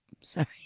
sorry